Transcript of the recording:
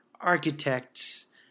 architects